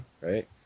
Right